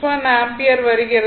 61 ampere வருகிறது